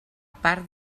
part